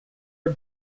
are